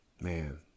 man